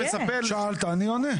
שאלת, אני עונה.